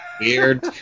weird